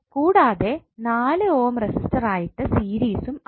കൂടാതെ 4 ohm resistor ആയിട്ട് സീരീസും ആക്കാം